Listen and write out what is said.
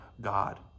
God